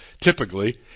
typically